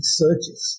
searches